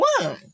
one